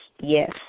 yes